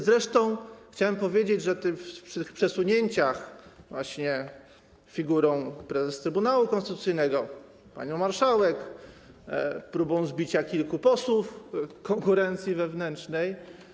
Zresztą chciałem powiedzieć, że w tych przesunięciach właśnie figurą prezes Trybunału Konstytucyjnego, panią marszałek, próbą zbicia kilku posłów konkurencji wewnętrznej.